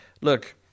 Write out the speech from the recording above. look